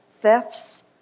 thefts